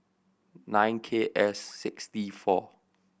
nine K S six T four